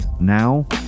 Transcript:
now